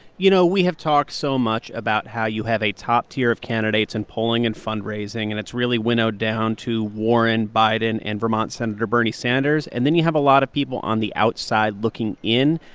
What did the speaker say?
you know, we have talked so much about how you have a top tier of candidates in polling and fundraising. and it's really winnowed down to warren, biden and vermont senator bernie sanders. and then you have a lot of people on the outside looking in.